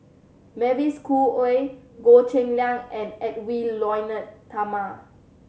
Mavis Khoo Oei Goh Cheng Liang and Edwy Lyonet Talma